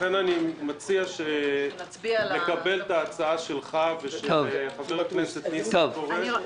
לכן אני מציע שנקבל את ההצעה שלך ושל חבר הכנסת ניסנקורן,